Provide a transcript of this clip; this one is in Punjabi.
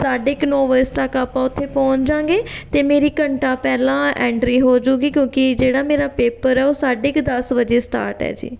ਸਾਢੇ ਕੁ ਨੌ ਵਜੇ ਤੱਕ ਆਪਾਂ ਉੱਥੇ ਪਹੁੰਚ ਜਾਂਗੇ ਅਤੇ ਮੇਰੀ ਘੰਟਾ ਪਹਿਲਾਂ ਐਂਟਰੀ ਹੋਜੂਗੀ ਕਿਉਂਕਿ ਜਿਹੜਾ ਮੇਰਾ ਪੇਪਰ ਹੈ ਉਹ ਸਾਢੇ ਕੁ ਦਸ ਵਜੇ ਸਟਾਰਟ ਹੈ ਜੀ